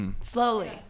slowly